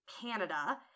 Canada